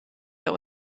der